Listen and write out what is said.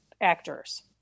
actors